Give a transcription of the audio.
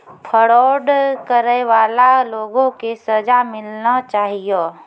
fraud करै बाला लोगो के सजा मिलना चाहियो